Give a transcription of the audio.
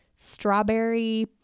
Strawberry